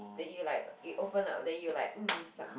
that you like you open up then you like mm sup